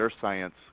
science